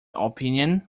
opinion